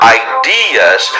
ideas